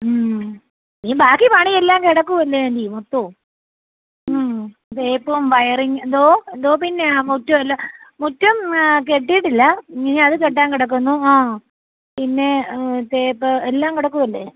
ഈ ബാക്കി പണിയെല്ലാം കിടക്കുകയല്ലേ ആൻ്റി മൊത്തവും തേപ്പും വയറിങ്ങും എന്തോ എന്തോ പിന്നെ മുറ്റമെല്ലാം മുറ്റം കെട്ടിയിട്ടില്ല ഇനി അത് കെട്ടാൻ കിടക്കുന്നു ആ പിന്നെ തേപ്പ് എല്ലാം കിടക്കുകയല്ലേ